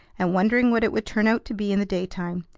and wondering what it would turn out to be in the daytime.